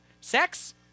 Sex